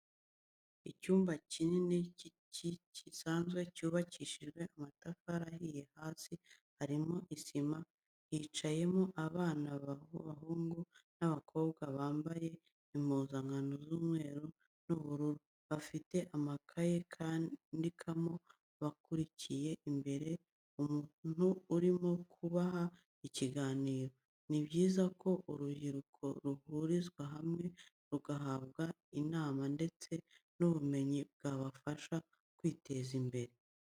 Icyumba kinini cyisanzuye cyubakishije amatafari ahiye hasi harimo isima, hicayemo abana b'abahungu n'abakobwa bambaye impuzankano z'umweru n'ubururu, bafite amakaye bandikamo bakurikiye imbere umuntu urimo kubaha ikiganiro. Ni byiza ko urubyiruko ruhurizwa hamwe rugahabwa inama ndetse n'ubumenyi bwabafasha kwiteza imbere.